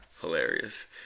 hilarious